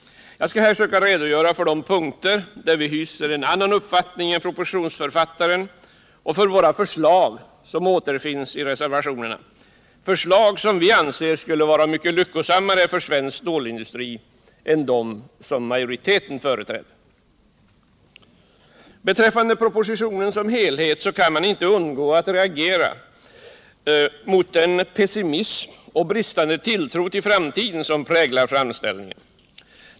Jag skall här försöka redogöra för de punkter där vi hyser en annan uppfattning än propositionsförfattaren och för våra förslag som återfinns i reservationerna, förslag som vi anser vara mycket lyckosammare för svensk stålindustri än de förslag majoriteten företräder. Beträffande propositionen som helhet kan man inte undgå att reagera mot den pessimism och den bristande tilltro till framtiden som präglar framställningen.